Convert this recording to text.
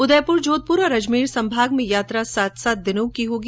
उदयपुर जोघपुर और अजमेर संभाग में यात्रा सात सात दिनों की होगी